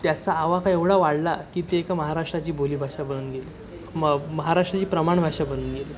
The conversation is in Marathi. त्याचा आवाका एवढा वाढला की ते एका महाराष्ट्राची बोलीभाषा बनून गेली महाराष्ट्राची प्रमाण भाषा बनून गेली